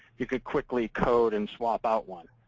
you could quickly code and swap out one.